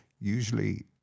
Usually